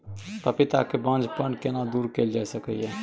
पपीता के बांझपन केना दूर कैल जा सकै ये?